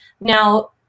Now